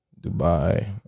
Dubai